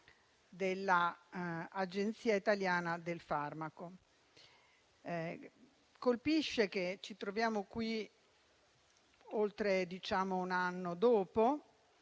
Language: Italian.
dell'Agenzia italiana del farmaco. Colpisce che ci troviamo qui, oltre un anno dopo,